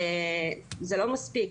זה לא מספיק.